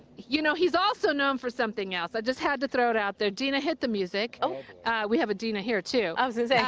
you know, he's also known for something else. i just had to throw it out there. dena, hit the music. we have a dina here, too. um so yeah